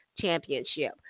championship